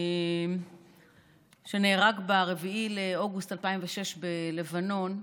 שנהרג ב-4 באוגוסט 2006 בלבנון,